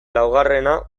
laugarrena